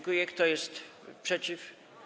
Kto jest przeciw?